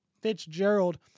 Fitzgerald